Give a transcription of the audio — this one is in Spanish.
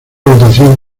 votación